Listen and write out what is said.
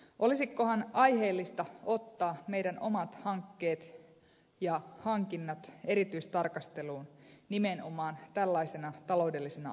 olisikohan aiheellista ottaa meidän omat hankkeemme ja hankintamme erityistarkasteluun nimenomaan tällaisena taloudellisena aikana